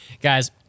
Guys